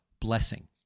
blessing